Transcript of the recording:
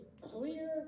clear